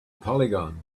polygon